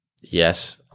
Yes